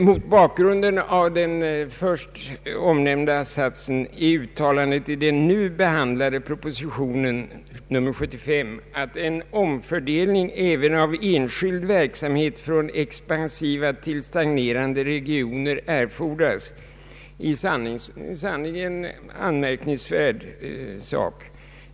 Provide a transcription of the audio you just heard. Mot bakgrunden av den första satsen är uttalandet i den nu behandlade propositionen nr 75 att ”en omfördelning även av enskild verksamhet från expansiva till stagnerande regioner erfordras” i sanning anmärkningsvärt.